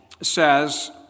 says